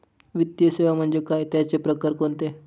वित्तीय सेवा म्हणजे काय? त्यांचे प्रकार कोणते?